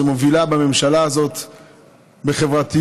שמובילה בממשלה הזאת בחברתיות,